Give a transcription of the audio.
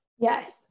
Yes